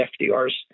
FDR's